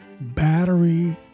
battery